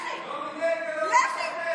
לכי, לכי.